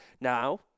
now